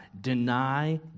Deny